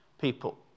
people